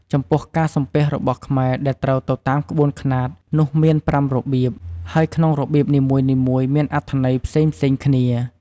ចំពោះការសំពះរបស់ខ្មែរដែលត្រូវទៅតាមក្បូនខ្នាតនោះមានប្រាំរបៀប ហើយក្នុងរបៀបនីមួយៗមានអត្ថន័យផ្សេងៗគ្នា។